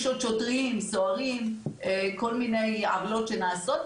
פניות גם מנשות שוטרים וסוהרים על כל מיני עוולות שנעשות,